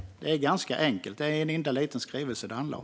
Det är ganska enkelt. Det är en enda liten skrivelse det handlar om.